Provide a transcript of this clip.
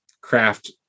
craft